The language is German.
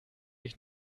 ich